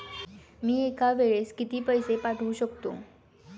मी एका वेळेस किती पैसे पाठवू शकतो?